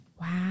Wow